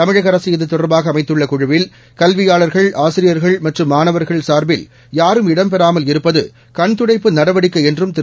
தமிழக அரசு இதுதொடர்பாக அமைத்துள்ள குழுவில் கல்வியாளர்கள் ஆசிரியர்கள் மற்றும் மாணவர்கள் சார்பில் யாரும் இடம் பெறாமல் இருப்பது கண்துடைப்பு நடவடிக்கை என்றும் திரு